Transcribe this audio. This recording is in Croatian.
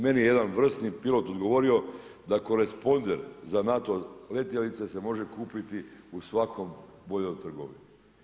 Meni je jedan vrsni pilot odgovorio da koresponder za NATO letjelice se može kupiti u svakoj boljoj trgovini.